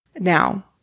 Now